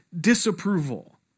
disapproval